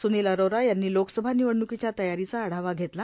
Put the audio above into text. सूनील अरोरा यांनी लोकसभा निवडणूकीच्या तयारीचा आढावा घेतल्या